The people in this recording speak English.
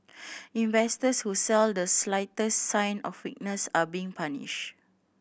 investors who sell the slightest sign of weakness are being punished